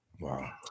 Wow